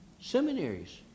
Seminaries